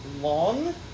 long